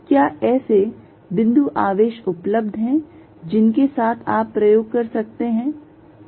क्या ऐसे बिंदु आवेश उपलब्ध हैं जिनके साथ आप प्रयोग कर सकते हैं